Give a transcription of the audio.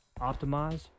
Optimize